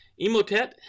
Emotet